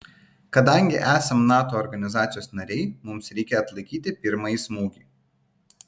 kadangi esam nato organizacijos nariai mums reikia atlaikyti pirmąjį smūgį